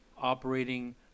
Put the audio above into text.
operating